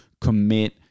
commit